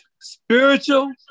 Spiritual